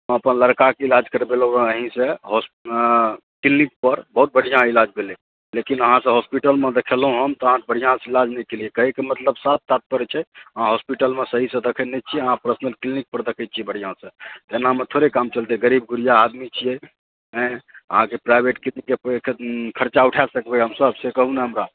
हम अपन लड़काकेँ इलाज करवेलहुँ रह अहीँ से क्लिनिक पर बहुत बाढ़िऑं इलाज भेलै लेकिन अहाँ सँ हॉस्पिटलमे देखेलहुँ हम तऽ अहाँ बढ़िऑं से इलाज नहि केलियै कहैकेँ मतलब साफ तात्पर्य छै अहाँ हॉस्पिटलमे सही सँ देखाइ नहि छी अहाँ प्रश्नल क्लिनिक पर देखै छी बढ़िआसँ तऽ एनामे थोड़े काज चलतै गरीब गुरबा आदमी छियै आइ अहाँकेँ प्राइवेट क्लिनिककेँ खर्चा उठा सकबै हमसभ से कहू ने हमरा